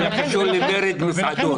זה היה קשור למרד מסעדות.